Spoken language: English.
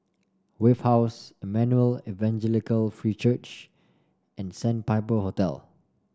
Wave House Emmanuel Evangelical Free Church and Sandpiper Hotel